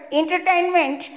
entertainment